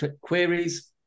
queries